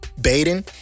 Baden